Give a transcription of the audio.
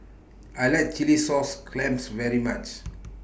I like Chilli Sauce Clams very much